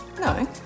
No